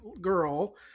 girl